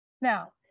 Now